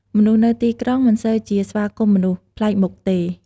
មនុស្សនៅទីក្រុង មិនសូវជាស្វាគមន៍មនុស្សភ្លែកមុខទេ។